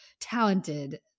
Talented